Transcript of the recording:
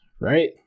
right